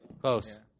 Close